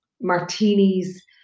martinis